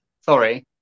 Sorry